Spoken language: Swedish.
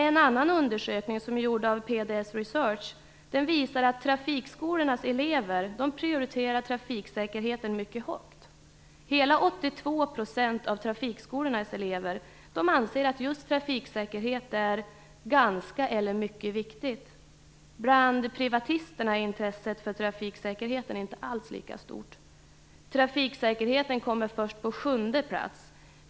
En annan undersökning som är gjord av PDS Research visar att trafikskolornas elever prioriterar trafiksäkerheten mycket högt. Hela 82 % anser att trafiksäkerhet är ganska eller mycket viktigt. Bland privatisterna är intresset för trafiksäkerhet inte alls lika stort - den kommer först på sjunde plats.